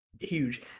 huge